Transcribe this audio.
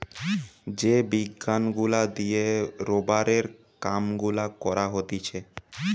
যে বিজ্ঞান গুলা দিয়ে রোবারের কাম গুলা করা হতিছে